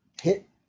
hit